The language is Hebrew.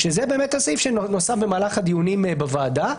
שזה הסעיף שנוסף במהלך הדיונים בוועדה,